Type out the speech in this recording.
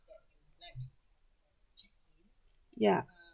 ya